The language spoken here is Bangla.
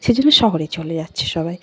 সেজন্য শহরে চলে যাচ্ছে সবাই